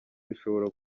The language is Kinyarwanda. bishobora